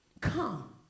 come